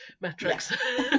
metrics